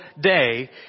day